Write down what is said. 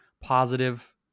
positive